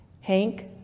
Hank